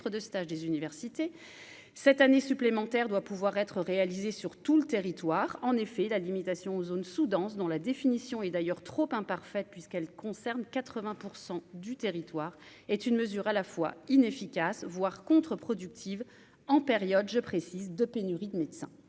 de stage des universités cette année supplémentaire doit pouvoir être réalisés sur tout le territoire, en effet, la limitation zone sous-dense dans la définition et d'ailleurs trop imparfaite puisqu'elle concerne 80 % du territoire est une mesure à la fois inefficace voire contreproductive en période, je précise, de pénurie de médecins,